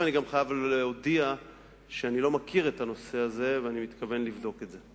ואני חייב להודיע שאני לא מכיר את הנושא הזה ואני מתכוון לבדוק אותו.